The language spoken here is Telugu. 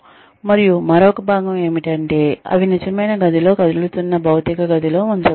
మరియు మరొక భాగం ఏమిటంటే అవి నిజమైన గదిలో కదులుతున్న భౌతిక గదిలో ఉంచబడతాయి